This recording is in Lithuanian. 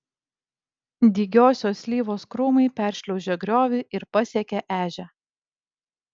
dygiosios slyvos krūmai peršliaužė griovį ir pasiekė ežią